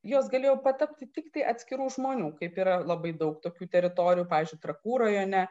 jos galėjo patapti tiktai atskirų žmonių kaip yra labai daug tokių teritorijų pavyzdžiui trakų rajone